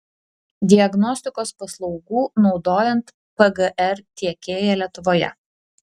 diagnostikos paslaugų naudojant pgr tiekėja lietuvoje